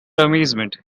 amazement